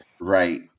Right